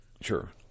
Sure